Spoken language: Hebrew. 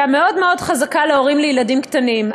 מאוד מאוד חזקה להורים לילדים קטנים.